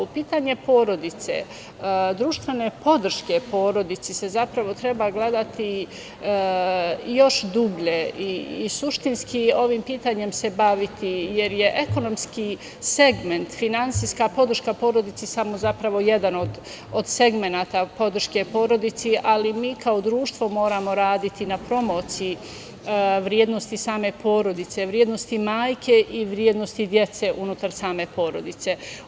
Pitanje porodice, društvene podrške porodici se zapravo treba gledati još dublje i suštinski se ovim pitanjem baviti, jer je ekonomski segment, finansijska podrška porodici samo jedan od segmenata podrške porodici, ali mi kao društvo moramo raditi na promociji vrednosti same porodice, vrednosti majke i vrednosti dece unutar same porodice.